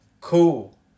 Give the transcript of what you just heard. Cool